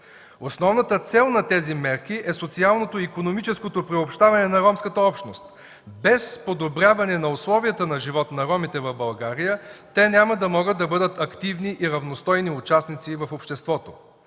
Основната цел на тези мерки е социалното и икономическото приобщаване на ромската общност. Без подобряване на условията на живот на ромите в България те няма да могат да бъдат активни и равностойни участници в обществото.